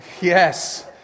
Yes